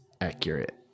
accurate